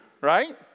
right